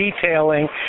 detailing